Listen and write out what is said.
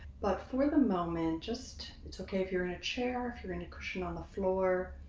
but for the moment just it's okay if you're in a chair, if you're in a cushion on the floor,